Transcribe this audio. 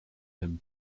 him